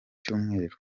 cyumweru